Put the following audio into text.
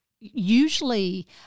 usually